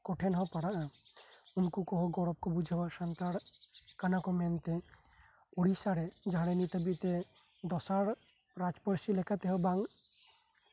ᱩᱱᱠᱩ ᱴᱷᱮᱱᱦᱚᱸ ᱯᱟᱲᱟᱜᱼᱟ ᱩᱱᱠᱩ ᱠᱚᱦᱚᱸ ᱠᱚ ᱵᱩᱡᱷᱟᱹᱣᱟ ᱥᱟᱱᱛᱟᱲ ᱠᱟᱱᱟ ᱠᱚ ᱢᱮᱱᱛᱮ ᱩᱲᱤᱥᱥᱟᱨᱮ ᱫᱚᱥᱟᱨ ᱨᱟᱡᱽ ᱯᱟᱹᱨᱥᱤ ᱞᱮᱠᱟᱛᱮᱦᱚᱸ ᱵᱟᱝ